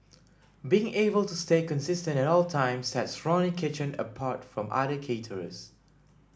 being able to stay consistent at all times sets Ronnie Kitchen apart from other caterers